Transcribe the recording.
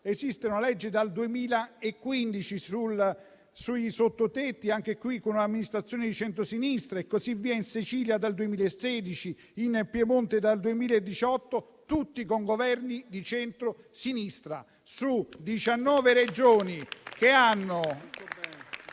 esiste una legge dal 2015 sui sottotetti, e anche in questo caso con un'amministrazione di centrosinistra, e così via: in Sicilia dal 2016, in Piemonte dal 2018, tutte con Governi di centrosinistra.